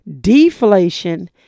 deflation